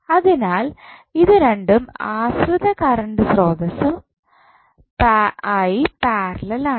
അതിനാൽ ഇത് രണ്ടും ആശ്രിത കറണ്ട് സ്രോതസ്സും ആയി പാരലൽ ആണ്